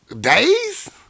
days